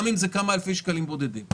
גם אם זה כמה אלפי שקלים בודדים.